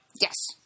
Yes